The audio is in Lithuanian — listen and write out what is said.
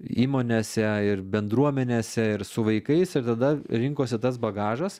įmonėse ir bendruomenėse ir su vaikais ir tada rinkosi tas bagažas